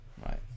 right